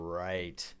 right